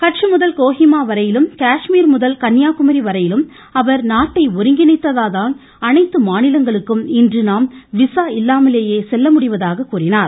கட்ச் முதல் கோஹிமா வரையிலும் கர்மீர் முதல் கன்னியாகுமரி வரையிலும் அவர் நாட்டை ஒருங்கிணைத்ததால்தான் அனைத்து மாநிலங்களுக்கு இன்று நாம் விசா இல்லாமலேயே செல்ல முடிவதாக அவா கூறினார்